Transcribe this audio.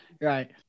right